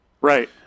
Right